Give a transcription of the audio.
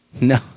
No